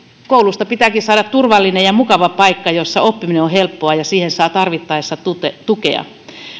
koulusta pitääkin saada turvallinen ja mukava paikka jossa oppiminen on helppoa ja siihen saa tarvittaessa tukea